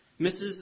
Mrs